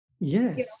Yes